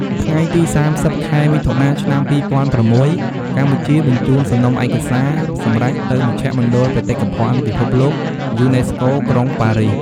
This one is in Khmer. ថ្ងៃទី៣០ ខែមិថុនា ឆ្នាំ២០០៦ កម្ពុជាបញ្ជូនសំណុំឯកសារសម្រេចទៅមជ្ឈមណ្ឌលបេតិកភណ្ឌពិភពលោកយូនីស្កូ ក្រុងប៉ារីស។